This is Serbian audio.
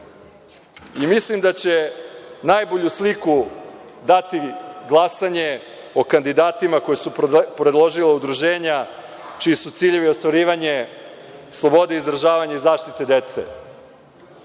Mislim da će najbolju sliku dati glasanje o kandidatima koji su predložila udruženja čiji su ciljevi ostvarivanje slobode izražavanja i zaštite dece.